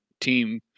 team